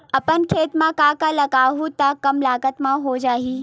अपन खेत म का का उगांहु त कम लागत म हो जाही?